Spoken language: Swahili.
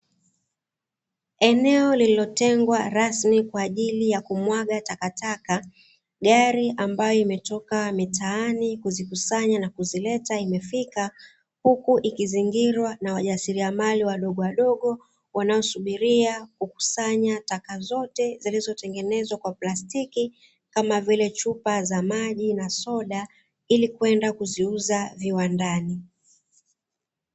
Eneo lililotengwa rasmi kwa ajili ya kumwaga takataka, gari ambalo limetoka mitaani kuzikusanya na kuzileta limefika, huku likizingirwa na wajasiriamali wadogo wadogo wanaosubiri kukusanya taka zote zilizotengenezwa kwa plastiki, kama vile chupa za maji na soda, ili kwenda kuziuza viwandani.